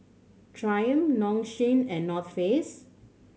Triumph Nong Shim and Not Face